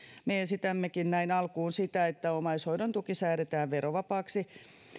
me esitämmekin näin alkuun sitä että omaishoidon tuki säädetään verovapaaksi